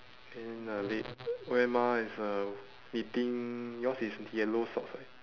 and then the they grandma is uh knitting yours is yellow socks right